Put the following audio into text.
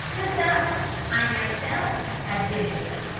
besides, i myself have been there.